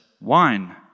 wine